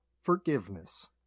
forgiveness